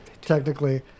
technically